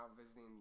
visiting